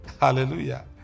Hallelujah